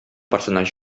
persones